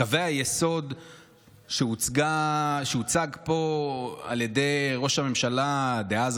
קווי היסוד שהוצגו פה על ידי ראש הממשלה דאז,